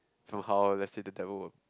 from how let's say the devil work